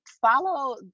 follow